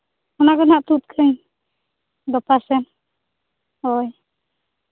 ᱚᱱᱟ ᱠᱚ ᱦᱟᱸᱜ ᱛᱩᱫ ᱜᱟᱯᱟ ᱥᱮᱱ ᱦᱳᱭ